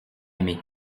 aimé